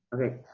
Okay